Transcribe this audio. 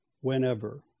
whenever